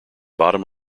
bottom